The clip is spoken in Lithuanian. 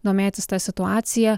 domėtis ta situacija